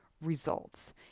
results